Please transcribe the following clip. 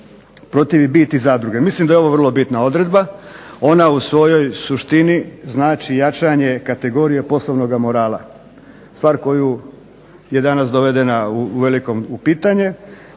protivi biti zadruge. Mislim da je ovo vrlo bitna odredba, ona u svojoj suštini znači jačanje kategorije poslovnoga morala, stvar koju je danas dovedena u velikom, u pitanje,